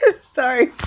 sorry